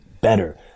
better